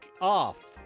off